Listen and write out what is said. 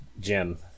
Jim